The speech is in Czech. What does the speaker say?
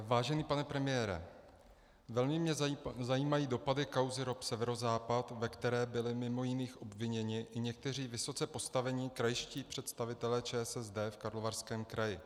Vážený pane premiére, velmi mě zajímají dopady kauzy ROP Severozápad, ve které byli mimo jiných obviněni i někteří vysoce postavení krajští představitelé ČSSD v Karlovarském kraji.